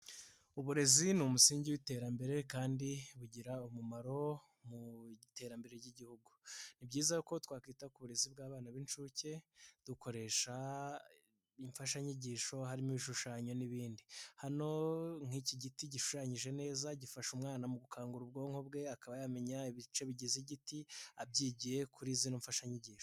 uburezi ni umusingi w'iterambere kandi bugira umumaro mu iterambere ry'igihugu. Ni byiza ko twakwita ku burezi bw'abana b'incuke dukoresha imfashanyigisho harimo ibishushanyo n'ibindi. Hano nk'iki giti gishushanyije neza gifasha umwana mu gukangura ubwonko bwe akaba yamenya ibice bigize igiti, abyigiye kuri za mfashanyigisho.